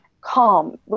calm